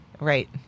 right